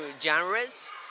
genres